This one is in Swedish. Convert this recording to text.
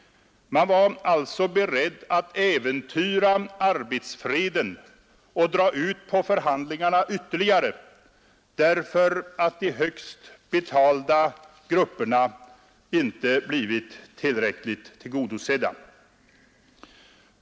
Man var alltså beredd att äventyra arbetsfreden och dra ut på förhandlingarna ytterligare därför att de högst betalda grupperna inte blivit tillräckligt tillgodosedda.